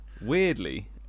weirdly